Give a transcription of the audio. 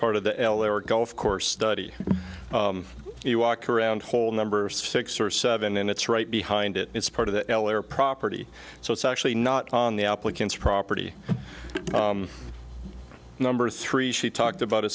part of the l a or gulf course study you walk around hole number six or seven and it's right behind it it's part of the l or property so it's actually not on the applicant's property number three she talked about a